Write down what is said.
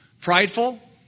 Prideful